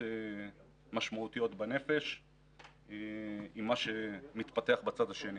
משמעותיות בנפש עם מה שמתפתח בצד השני.